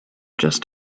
just